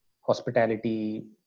hospitality